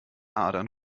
adern